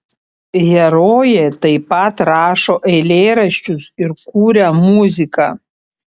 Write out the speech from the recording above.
herojė taip pat rašo eilėraščius ir kuria muziką